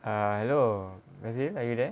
hello razid are you there